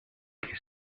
qu’il